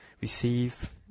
receive